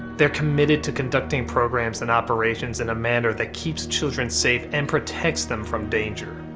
they're committed to conducting programs and operations in a manner that keeps children safe and protects them from danger.